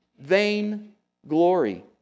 Vainglory